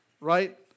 Right